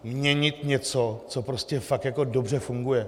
Měnit něco, co prostě fakt dobře funguje.